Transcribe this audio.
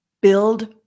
build